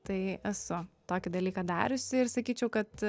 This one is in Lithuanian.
tai esu tokį dalyką dariusi ir sakyčiau kad